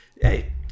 Hey